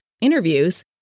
interviews